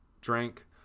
drank